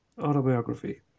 Autobiography